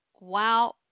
Wow